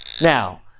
Now